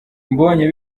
mbonye